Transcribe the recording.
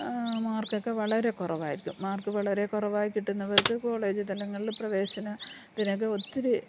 മാർകൊക്കെ വളരെ കുറവായിരിക്കും മാർക്ക് വളരെ കുറവായി കിട്ടുന്നവർക്ക് കോളേജ് തലങ്ങളിൽ പ്രവേശനത്തിനൊക്കെ ഒത്തിരി